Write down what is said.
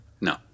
No